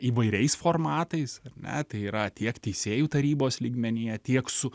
įvairiais formatais ar ne tai yra tiek teisėjų tarybos lygmenyje tiek su